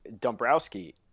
Dombrowski